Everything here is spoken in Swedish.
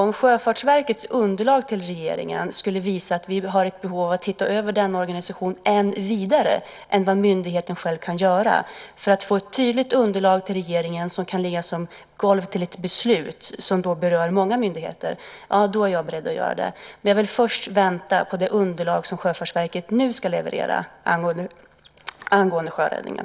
Om Sjöfartsverkets underlag till regeringen skulle visa att det finns behov av att titta över organisationen mer än vad myndigheten själv kan göra, för att regeringen ska få ett tydligt underlag som kan ligga som golv till beslut som berör många myndigheter, är jag beredd att göra det. Jag vill emellertid först vänta på det underlag som Sjöfartsverket ska leverera angående sjöräddningen.